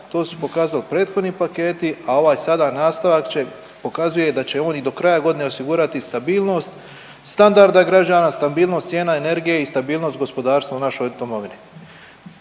To su pokazali prethodni paketi, a ovaj sada nastavak pokazuje da će on i do kraja godine osigurati stabilnost standarda građana, stabilnost cijena energije i stabilnost gospodarstva u našoj domovini.